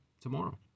tomorrow